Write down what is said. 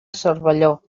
cervelló